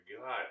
God